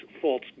false